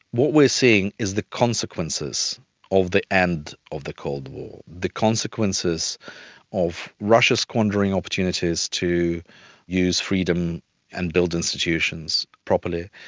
what we are seeing is the consequences of the end of the cold war, the consequences of russia squandering opportunities to use freedom and to build institutions properly,